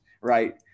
Right